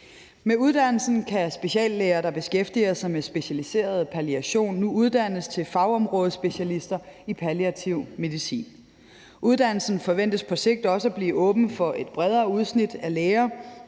Med uddannelsen kan speciallæger, der beskæftiger sig med specialiseret palliation, nu uddannes til fagområdespecialister i palliativ medicin. Uddannelsen forventes på sigt også at blive åben for et bredere udsnit af læger.